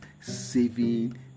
saving